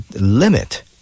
limit